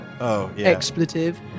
expletive